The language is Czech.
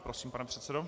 Prosím, pane předsedo.